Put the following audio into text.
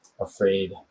afraid